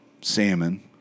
salmon